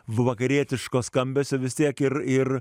vakarietiško skambesio vis tiek ir ir